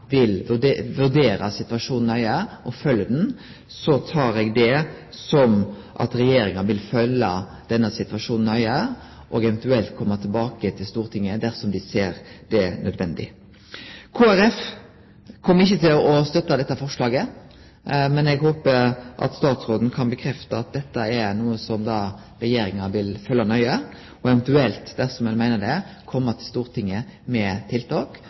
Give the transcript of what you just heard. vil vurdere situasjonen nøye og følgje han, tolkar eg det som at Regjeringa vil følgje denne situasjonen nøye og eventuelt komme tilbake til Stortinget dersom dei ser det nødvendig. Kristeleg Folkeparti kjem ikkje til å støtte dette forslaget, men eg håper at statsråden kan bekrefte at dette er noko som Regjeringa vil følgje nøye, og eventuelt, dersom ein meiner det er nødvendig, komme til Stortinget med tiltak.